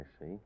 see